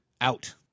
out